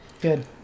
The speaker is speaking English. Good